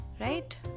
right